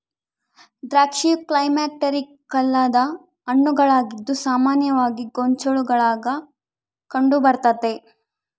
ದ್ರಾಕ್ಷಿಯು ಕ್ಲೈಮ್ಯಾಕ್ಟೀರಿಕ್ ಅಲ್ಲದ ಹಣ್ಣುಗಳಾಗಿದ್ದು ಸಾಮಾನ್ಯವಾಗಿ ಗೊಂಚಲುಗುಳಾಗ ಕಂಡುಬರ್ತತೆ